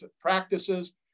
practices